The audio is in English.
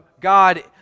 God